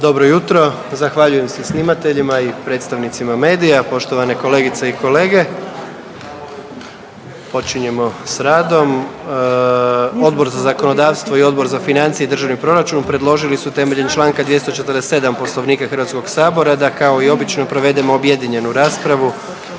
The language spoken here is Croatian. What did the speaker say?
Dobro jutro, zahvaljujem se snimateljima i predstavnicima medija, poštovane kolegice i kolege počinjemo s radom. Odbor za zakonodavstvo i Odbor za financije i državni proračun predložili su temeljem Članka 247. Poslovnika Hrvatskog sabora da kao i obično provedemo objedinjenu raspravu